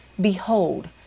Behold